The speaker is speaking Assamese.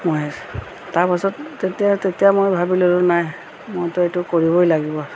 মই তাৰপিছত তেতিয়া তেতিয়া মই ভাবিলো নাই মইটো এইটো কৰিবই লাগিব